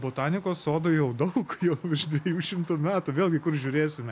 botanikos sodui jau daug jau virš dviejų šimtų metų vėlgi kur žiūrėsime